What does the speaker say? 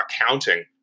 accounting